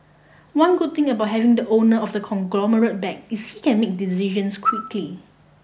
one good thing about having the owner of the conglomerate back is he can make decisions quickly